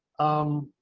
um,